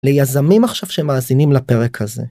לייזמים עכשיו שמאזינים לפרק הזה.